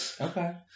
Okay